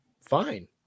fine